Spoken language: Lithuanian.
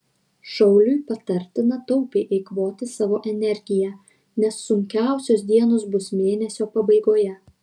šauliui patartina taupiai eikvoti savo energiją nes sunkiausios dienos bus mėnesio pabaigoje